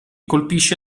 colpisce